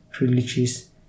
religious